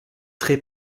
très